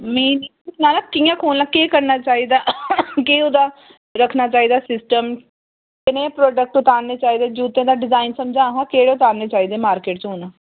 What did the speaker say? सनाना कि'यां खोह्लना केह् करना चाहिदा केह् ओह्दा रक्खना चाहिदा सिस्टम कनेह् प्रोडक्ट तुआरने चाहिदे जूत्तें दा डिजाइन समझां हा केह्ड़े तुआरने चाहिदे मार्किट च हून